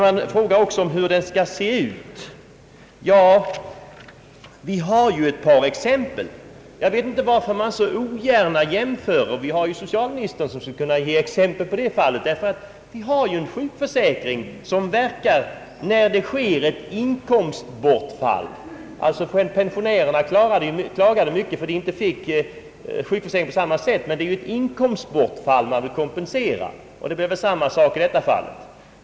Man frågar också hur försäkringen skall se ut. Ja, det finns ju ett par exempel. Jag vet inte varför man så ogärna gör jämförelser. Socialministern skulle kunna ge exempel, ty vi har ju en sjukförsäkring som träder in vid ett inkomstbortfall. Pensionärerna klagade mycket över att de inte fick del av sjukförsäkringen på samma sätt, men det är ju ett inkomstbortfall man vill kompensera. Det är samma sak i detta fall.